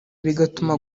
bigatuma